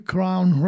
Crown